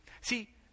see